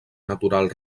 natural